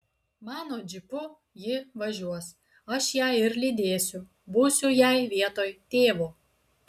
mano džipu ji važiuos aš ją ir lydėsiu būsiu jai vietoj tėvo